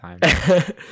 time